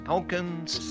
Alkins